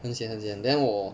很 sian 很 sian then 我